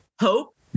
hope